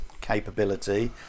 capability